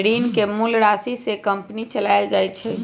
ऋण के मूल राशि से कंपनी चलाएल जाई छई